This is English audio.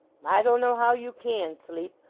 i don't know how you can sleep,